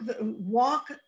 walk